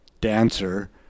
Dancer